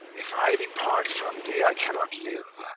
if i depart from thee, i cannot liue,